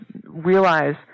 realize